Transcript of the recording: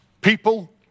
people